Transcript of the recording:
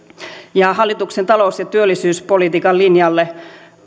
hallituksen talous ja työllisyyspolitiikan linjalle